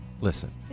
listen